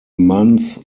month